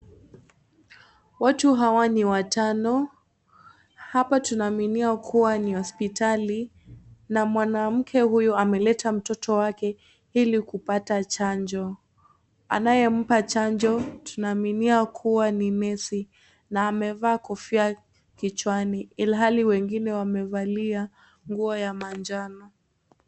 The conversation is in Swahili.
Watu hawa ni watano. Hapa tunaaminia kuwa ni hospitali na mwanamke huyu ameleta mtoto wake ili kupata chanjo. Anayempa chanjo tunaaminia kuwa ni nesi na amevaa kofia kichwani ilhali wengine wamevalia nguo ya manjano.